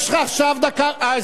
יש לך עכשיו דקה.